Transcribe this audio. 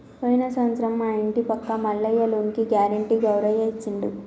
పోయిన సంవత్సరం మా ఇంటి పక్క మల్లయ్య లోనుకి గ్యారెంటీ గౌరయ్య ఇచ్చిండు